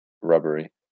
rubbery